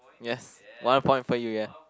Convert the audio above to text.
yes one point for you yeah